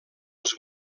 els